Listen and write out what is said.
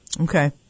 Okay